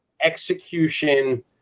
execution